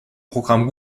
programmes